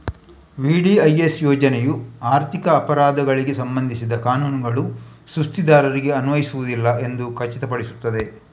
VDIS ಯೋಜನೆಯು ಆರ್ಥಿಕ ಅಪರಾಧಗಳಿಗೆ ಸಂಬಂಧಿಸಿದ ಕಾನೂನುಗಳು ಸುಸ್ತಿದಾರರಿಗೆ ಅನ್ವಯಿಸುವುದಿಲ್ಲ ಎಂದು ಖಚಿತಪಡಿಸುತ್ತದೆ